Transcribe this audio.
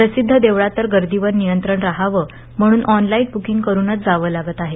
प्रसिद्ध देवळात तर गर्दीवर नियंत्रण रहावं म्हणून ऑनलाईन बुकींग करूनच जावं लागत आहे